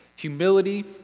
Humility